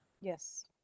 Yes